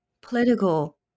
political